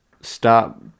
stop